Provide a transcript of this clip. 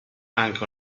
anche